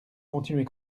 continuer